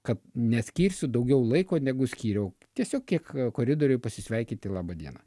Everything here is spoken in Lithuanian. kad neskirsiu daugiau laiko negu skyriau tiesiog kiek koridoriuj pasisveikinti laba diena